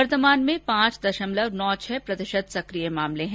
वर्तमान में पांच दशमलव नौ छह प्रतिशत सक्रिय मामले हैं